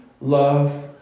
Love